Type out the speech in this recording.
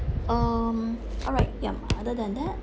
um alright yup other than that